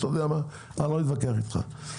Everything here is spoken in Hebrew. אני לא אתווכח איתך.